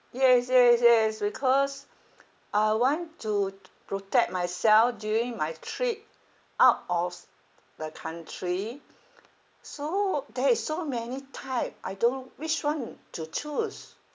yes yes yes because I want to protect myself during my trip out of the country so there is so many type I don't know which one to choose